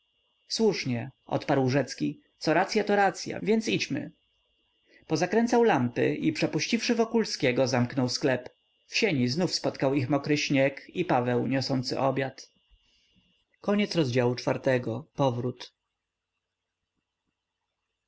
słusznie odparł rzecki co racya to racya więc idźmy pozakręcał lampy i przepuściwszy wokulskiego zamknął sklep w sieni znowu spotkał ich mokry śnieg i paweł niosący obiad pan